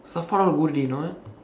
safan or not